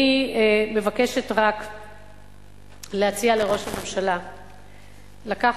אני מבקשת רק להציע לראש הממשלה לקחת